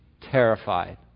terrified